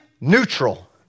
neutral